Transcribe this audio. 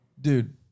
Dude